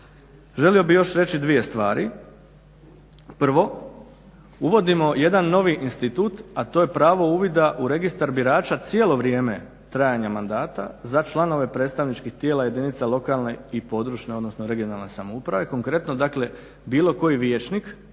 Želio bih još reći dvije stvari. Prvo, uvodimo jedan novi institut, a to je pravo uvida u Registar birača cijelo vrijeme trajanja mandata za članove predstavničkih tijela jedinica lokalne i područne (regionalne) samouprave. Konkretno dakle, bilo koji vijećnik